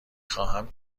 خواهمم